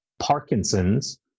Parkinson's